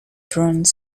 drone